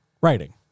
writing